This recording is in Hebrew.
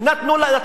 יהודי,